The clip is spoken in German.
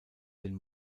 den